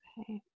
Okay